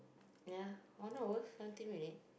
ya one over twenty minute